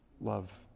love